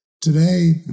Today